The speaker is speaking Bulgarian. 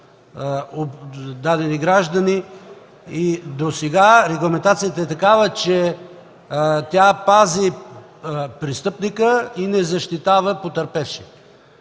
дадени граждани. Досега регламентацията е такава, че тя пази престъпника и не защитава потърпевшия.